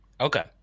Okay